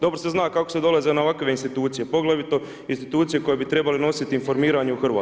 Dobro se zna kako se dolazi na ovakve institucije, poglavito institucije koje bi trebale nositi informiranje u Hrvatskoj.